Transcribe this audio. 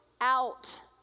out